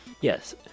Yes